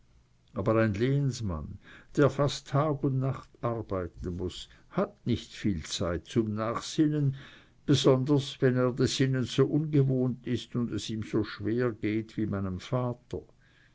aber ein lehenmann der fast alle tag und nacht arbeiten muß hat nicht viel zeit zum nachsinnen besonders wenn er des sinnens so ungewohnt ist und es ihm so schwer geht wie meinem vater